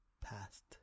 past